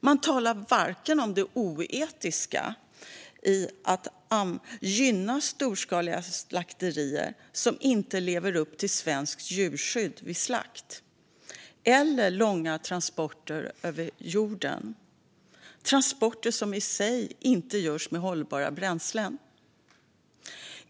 Man talar varken om det oetiska i att gynna storskaliga slakterier som inte lever upp till svenskt djurskydd vid slakt eller de långa transporterna över jorden. Dessa transporter görs inte med hållbara bränslen.